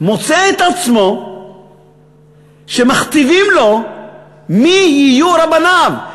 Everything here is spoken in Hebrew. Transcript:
מוצא את עצמו שמכתיבים לו מי יהיו רבניו,